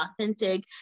authentic